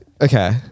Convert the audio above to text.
okay